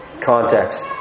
context